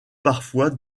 parfois